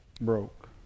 broke